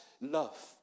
love